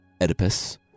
Oedipus